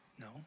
no